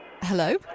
Hello